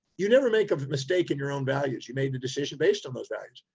you never make a mistake in your own values. you made the decision based on those values.